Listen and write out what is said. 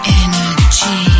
energy